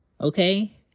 Okay